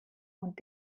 und